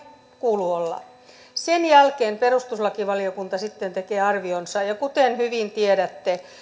kuuluu olla sen jälkeen perustuslakivaliokunta sitten tekee arvionsa kuten hyvin tiedätte